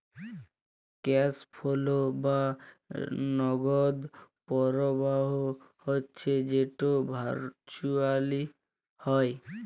cash flow বা নগদ পরবাহ হচ্যে যেট ভারচুয়েলি হ্যয়